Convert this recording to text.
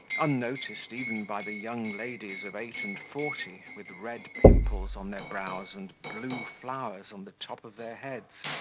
unnoticed even by the young ladies of eight-and-forty, with red pimples on their brows and blue flowers on the top of their heads,